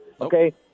Okay